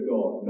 God